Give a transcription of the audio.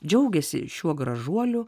džiaugiasi šiuo gražuoliu